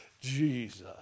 Jesus